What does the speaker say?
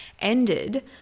ended